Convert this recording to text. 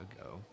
ago